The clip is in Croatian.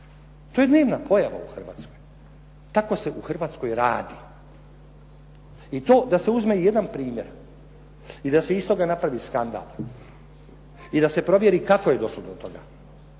to je dnevna pojava u Hrvatskoj. Tako se u Hrvatskoj radi. I to da se uzme i jedan primjer i da se iz toga napravi skandal i da se provjeri kako je došlo do toga,